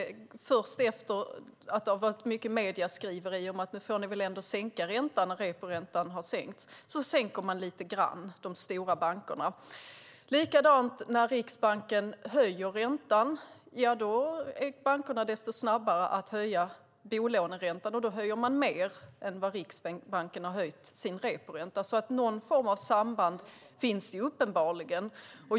Först sedan det har varit mycket medieskriverier om att bankerna ändå får lov att sänka räntan när reporäntan har sänkts, så sänker de stora bankerna lite grann. Likadant är det när Riksbanken höjer räntan. Då är bankerna desto snabbare att höja bolåneräntan, och då höjer man mer än vad Riksbanken har höjt reporäntan. Någon form av samband finns det uppenbarligen.